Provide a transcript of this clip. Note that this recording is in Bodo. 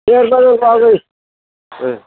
सेरबा नांगौ आदै ओ